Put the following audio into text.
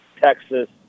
Texas